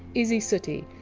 isy suttie,